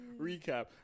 recap